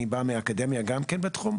אני בא מהאקדמיה גם כן בתחום,